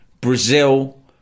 Brazil